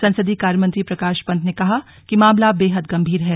संसदीय कार्यमंत्री प्रकाश पंत ने कहा कि मामला बेहद गंभीर है